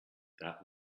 that